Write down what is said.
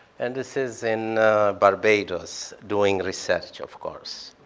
and this is in barbados doing research, of course.